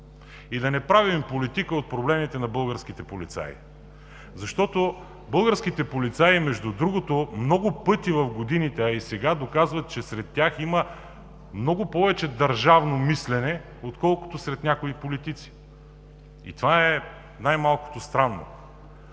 и да не правим политика от проблемите на българските полицаи. Българските полицаи много пъти в годините, а и сега доказват, че сред тях има много повече държавническо мислене, отколкото сред някои политици и това е най-малкото странно.